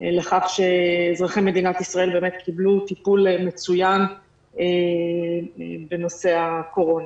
כך שאזרחי מדינת ישראל באמת קיבלו טיפול מצוין בנושא הקורונה.